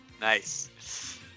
Nice